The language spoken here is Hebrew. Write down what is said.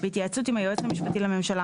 בהתייעצות עם היועץ המשפטי לממשלה,